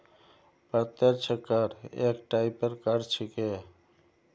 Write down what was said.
प्रत्यक्ष कर एक टाइपेर कर छिके